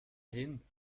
hin